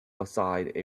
beside